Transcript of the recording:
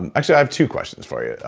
and actually, i have two questions for you.